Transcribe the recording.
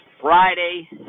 Friday